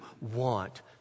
want